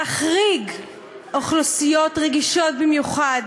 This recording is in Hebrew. להחריג אוכלוסיות רגישות במיוחד,